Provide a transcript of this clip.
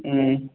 ம்